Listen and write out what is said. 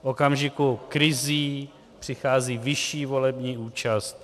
V okamžiku krizí přichází vyšší volební účast.